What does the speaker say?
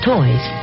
Toys